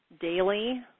daily